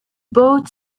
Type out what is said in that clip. both